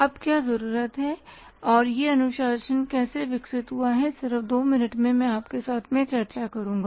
अब क्या जरूरत है और यह अनुशासन कैसे विकसित हुआ है सिर्फ दो मिनट में मैं आपके साथ चर्चा करुंगा